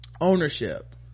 ownership